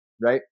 right